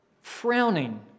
frowning